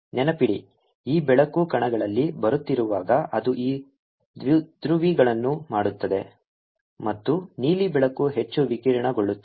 ನೆನಪಿಡಿ ಈ ಬೆಳಕು ಕಣಗಳಲ್ಲಿ ಬರುತ್ತಿರುವಾಗ ಅದು ಈ ದ್ವಿಧ್ರುವಿಗಳನ್ನು ಮಾಡುತ್ತದೆ ಮತ್ತು ನೀಲಿ ಬೆಳಕು ಹೆಚ್ಚು ವಿಕಿರಣಗೊಳ್ಳುತ್ತದೆ